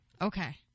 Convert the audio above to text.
Okay